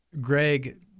Greg